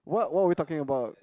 what were we talking about